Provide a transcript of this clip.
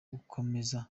gukomeza